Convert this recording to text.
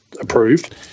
approved